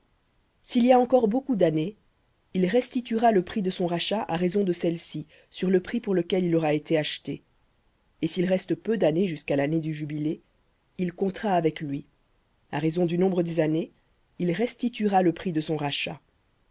s'il y a encore beaucoup d'années il restituera le prix de son rachat à raison de celles-ci sur le prix pour lequel il aura été acheté et s'il reste peu d'années jusqu'à l'année du jubilé il comptera avec lui à raison du nombre des années il restituera le prix de son rachat